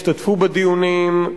השתתפו בדיונים,